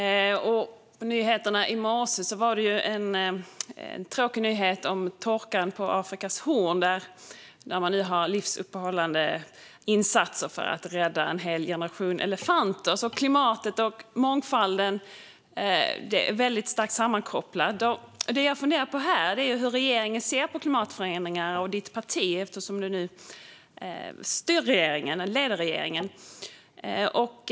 På nyheterna i morse var det en tråkig nyhet om torkan på Afrikas horn. Där har man nu livsuppehållande insatser för att rädda en hel generation elefanter. Klimatet och mångfalden är väldigt starkt sammankopplade. Det jag funderar på är hur regeringen och ditt parti, som leder regeringen, ser på klimatförändringar.